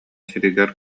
сиригэр